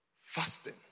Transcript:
Fasting